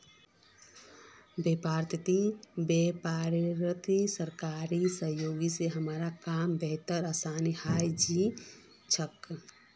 व्यापारत सरकारी सहयोग स हमारा काम बेहद आसान हइ जा छेक